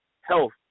health